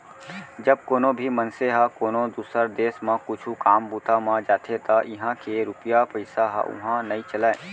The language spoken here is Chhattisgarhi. जब कोनो भी मनसे ह कोनो दुसर देस म कुछु काम बूता म जाथे त इहां के रूपिया पइसा ह उहां नइ चलय